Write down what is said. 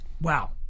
Wow